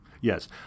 Yes